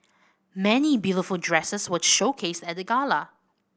many beautiful dresses were showcased at the gala